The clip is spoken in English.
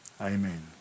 Amen